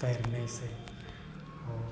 तैरने से वो